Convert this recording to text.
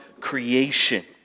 creation